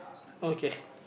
okay